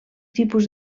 tipus